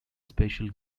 special